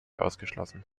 ausgeschlossen